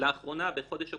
לאחרונה, בחודש אוקטובר,